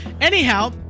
anyhow